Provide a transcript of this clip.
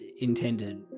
intended